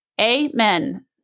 Amen